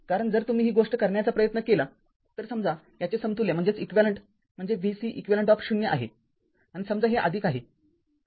कारण जर तुम्ही ही गोष्ट करण्याचा प्रयत्न केला तरसमजा मला याचे समतुल्य म्हणजे v c eq घ्यायचे आहे आणि समजा हे आहे आणि हे आहे